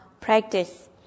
practice